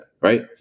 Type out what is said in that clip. right